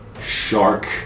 shark